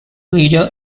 leader